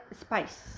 spice